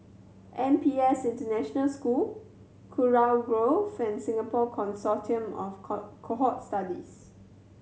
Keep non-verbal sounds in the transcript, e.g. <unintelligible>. N P S International School Kurau Grove and Singapore Consortium of <unintelligible> Cohort Studies